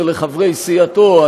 אני